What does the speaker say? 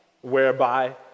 whereby